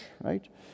right